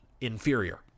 inferior